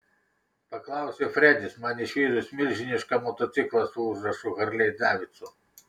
paklausė fredis man išvydus milžinišką motociklą su užrašu harley davidson